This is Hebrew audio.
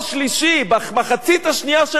במחצית השנייה של העשור השלישי.